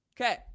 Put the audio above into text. okay